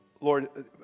Lord